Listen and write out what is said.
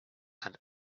and